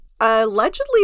Allegedly